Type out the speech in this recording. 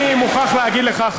אני מוכרח להגיד לך,